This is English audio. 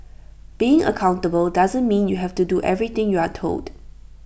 being accountable doesn't mean you have to do everything you're told